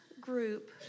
group